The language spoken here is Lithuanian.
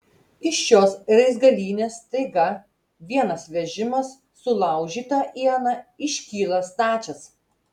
iš šios raizgalynės staiga vienas vežimas sulaužyta iena iškyla stačias